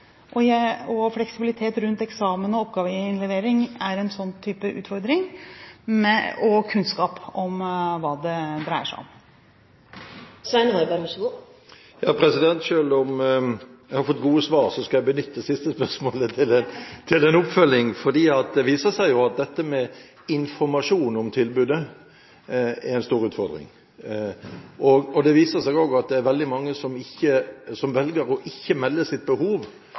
fleksibilitet. Fleksibilitet rundt eksamen og oppgaveinnlevering er en slik type utfordring, og kunnskap om hva det dreier seg om. Selv om jeg har fått gode svar, skal jeg benytte det siste spørsmålet til en oppfølging, for det viser seg jo at informasjon om tilbudet er en stor utfordring. Det viser seg også at det er veldig mange som velger ikke å melde sitt behov.